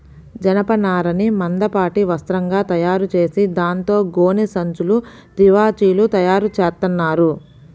జనపనారని మందపాటి వస్త్రంగా తయారుచేసి దాంతో గోనె సంచులు, తివాచీలు తయారుచేత్తన్నారు